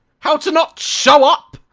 how to not. show up?